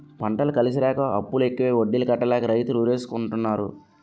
పంటలు కలిసిరాక అప్పులు ఎక్కువై వడ్డీలు కట్టలేక రైతులు ఉరేసుకుంటన్నారు